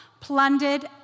plundered